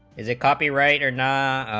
is a copywriter nine